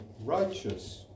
righteous